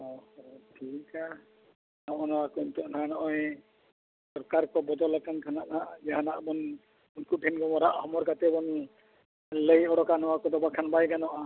ᱦᱳᱭ ᱦᱳᱭ ᱴᱷᱤᱠᱟ ᱱᱚᱜᱼᱚᱸᱭ ᱱᱚᱣᱟ ᱠᱚ ᱱᱤᱛᱳᱜ ᱱᱟᱦᱟᱜ ᱱᱚᱜᱼᱚᱸᱭ ᱥᱚᱨᱠᱟᱨ ᱠᱚ ᱵᱚᱫᱚᱞ ᱟᱠᱟᱱ ᱠᱷᱟᱱ ᱱᱟᱦᱟᱜ ᱡᱟᱦᱟᱱᱟᱜ ᱵᱚᱱ ᱩᱱᱠᱩ ᱴᱷᱮᱱ ᱵᱚᱱ ᱨᱟᱜ ᱦᱚᱢᱚᱨ ᱠᱟᱛᱮᱫ ᱵᱚᱱ ᱞᱟᱹᱭ ᱚᱰᱳᱠᱟ ᱱᱚᱣᱟ ᱠᱚᱫᱚ ᱵᱟᱝᱠᱷᱟᱱ ᱵᱟᱭ ᱜᱟᱱᱚᱜᱼᱟ